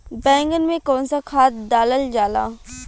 बैंगन में कवन सा खाद डालल जाला?